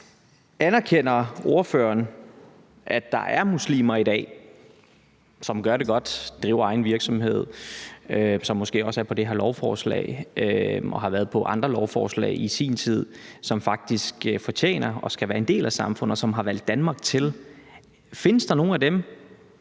Anerkender ordføreren, at der er muslimer i dag, som gør det godt, som driver egen virksomhed – nogle, som måske også er på det her lovforslag, og nogle, som har været på andre lovforslag i sin tid – og som faktisk fortjener at skulle være en del af samfundet, og som har valgt Danmark til? Findes der nogle af dem?